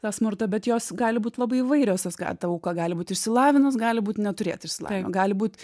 tą smurtą bet jos gali būt labai įvairios kad auka gali būt išsilavinus gali būt neturėt išsilavinimo gali būt